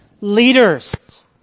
leaders